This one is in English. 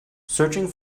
searching